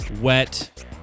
wet